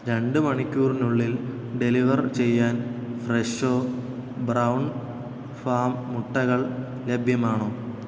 രണ്ട് മണിക്കൂറിനുള്ളിൽ ഡെലിവർ ചെയ്യാൻ ഫ്രെഷോ ബ്രൗൺ ഫാം മുട്ടകൾ ലഭ്യമാണോ